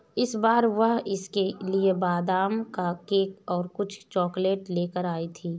इस बार वह उसके लिए बादाम का केक और कुछ चॉकलेट लेकर आई थी